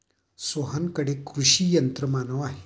सोहनकडे कृषी यंत्रमानव आहे